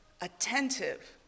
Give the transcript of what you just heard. attentive